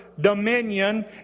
dominion